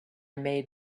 made